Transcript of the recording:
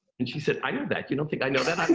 and she said, i know that. you don't think i know that?